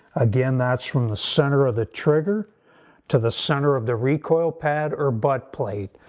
again that's from the center of the trigger to the center of the recoil pad or buttplate.